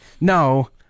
no